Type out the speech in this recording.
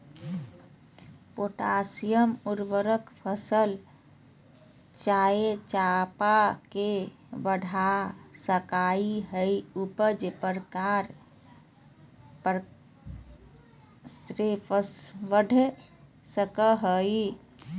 potassium उर्वरक फसल चयापचय के बढ़ा सकई हई, उपज, प्रकाश संश्लेषण बढ़ा सकई हई